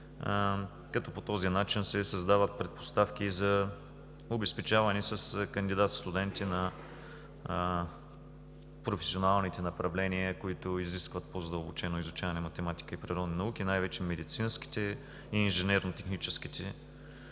като по този начин се създават предпоставки за обезпечаване с кандидат студенти на професионалните направления, които изискват по-задълбочено изучаване на математика и природни науки, и най-вече медицинските и инженерно-техническите професионални